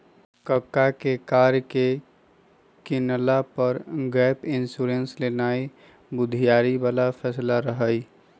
कक्का के कार के किनला पर गैप इंश्योरेंस लेनाइ बुधियारी बला फैसला रहइ